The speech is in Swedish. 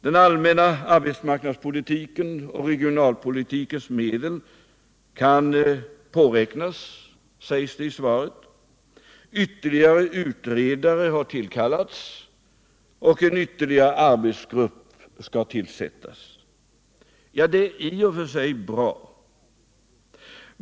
Den allmänna arbetsmarknadspolitikens och regionalpolitikens medel kan påräknas, sägs det i svaret. Ytterligare utredare har tillkallats och ytterligare en arbetsgrupp skall tillsättas. Det är i och för sig bra.